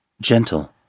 gentle